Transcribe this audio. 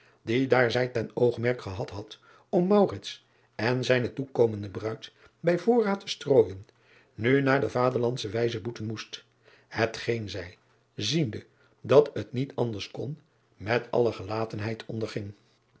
die daar zij ten oogmerk gehad had om en zijne toekomende bruid bij voorraad te strooijen nu naar de vaderlandsche wijze boeten moest hetgeen zij ziende dat het niet anders kon met alle gelatenheid onderging